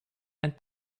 and